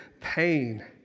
pain